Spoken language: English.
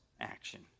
action